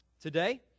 today